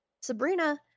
Sabrina